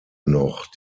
noch